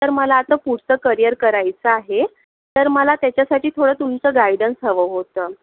तर मला आता पुढचं करिअर करायचं आहे तर मला त्याच्यासाठी थोडं तुमचं गायडन्स हवं होतं